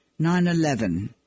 9-11